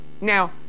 Now